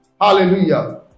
Hallelujah